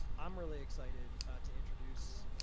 i'm really excited to introduce